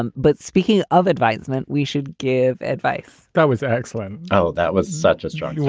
and but speaking of advisement, we should give advice that was excellent. oh, that was such a strong one.